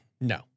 No